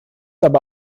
aber